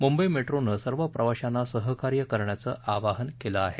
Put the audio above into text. मुंबई मेट्रोनं सर्व प्रवाशांना सहकार्य करण्याचं आवाहन केलं आहे